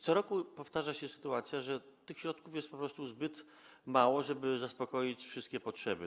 Co roku powtarza się sytuacja, że tych środków jest po prostu zbyt mało, żeby zaspokoić wszystkie potrzeby.